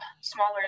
smaller